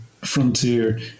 frontier